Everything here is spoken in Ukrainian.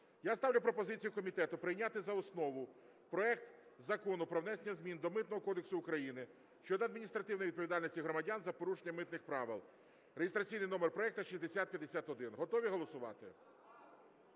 Я ставлю пропозицію комітету прийняти за основу проект Закону про внесення змін до Митного кодексу України щодо адміністративної відповідальності громадян за порушення митних правил (реєстраційний номер проекту 6051). Готові голосувати?